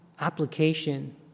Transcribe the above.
application